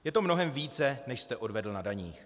Je to mnohem více, než jste odvedl na daních.